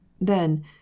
Then